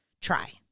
try